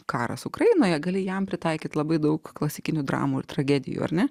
karas ukrainoje gali jam pritaikyti labai daug klasikinių dramų tragedijų ar ne